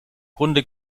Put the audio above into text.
grunde